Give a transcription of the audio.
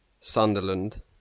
Sunderland